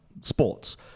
sports